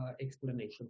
explanation